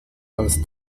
als